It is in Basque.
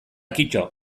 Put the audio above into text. kito